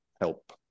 help